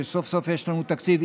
סוף-סוף יש לנו תקציב,